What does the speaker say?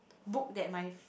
book that my f~